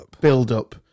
build-up